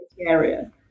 area